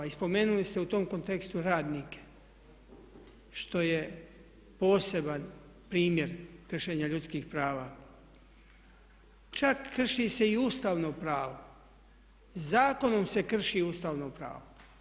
I spomenuli ste u tom kontekstu radnike što je poseban primjer kršenja ljudskih prava, čak krši se i ustavno pravo, zakonom se krši ustavno pravo.